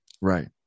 Right